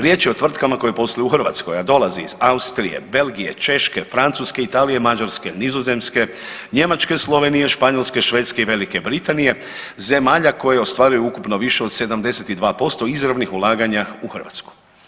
Riječ je o tvrtkama koje posluju u Hrvatskoj, a dolaze iz Austrije, Belgije, Češke, Francuske, Italije, Mađarske, Nizozemske, Njemačke, Slovenije, Španjolske, Švedske i Velike Britanije zemalja koje ostvaruju ukupno više od 72% izravnih ulaganja u Hrvatsku.